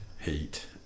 heat